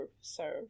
serve